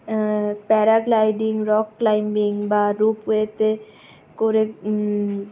paragliding rock climbing বা রোপওয়েতে করে